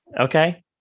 Okay